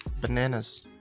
bananas